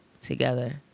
together